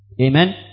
Amen